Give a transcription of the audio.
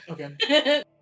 Okay